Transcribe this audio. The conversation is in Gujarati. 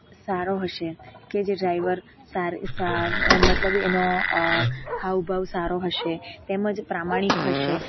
સારો હશે કે જે ડ્રાઇવર સારે સા મતલબ એનો હાવભાવ સારો હશે તેમ જ પ્રામાણિક હશે